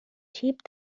cheap